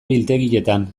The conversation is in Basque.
biltegietan